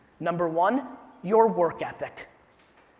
number one your work ethic.